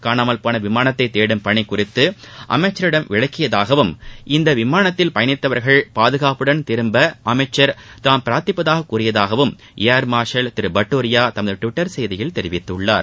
காணாமல்போள விமானத்தை தேடும் பணி குறித்து அமைச்சரிடம் விளக்கியதாகவும் இந்த விமானத்தில் பயணித்தவர்கள் பாதுகாப்புடன்திரும்ப தாம் பிராத்திப்பதாக அளமச்சர் கூறியதாகவும் ஏர்மார்ஷல் திரு பட்டுரியா தமது டுவிட்டர் செய்தியில் கூறியுள்ளார்